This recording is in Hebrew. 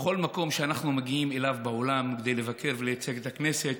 בכל מקום שאנחנו מגיעים אליו בעולם כדי לבקר ולייצג את הכנסת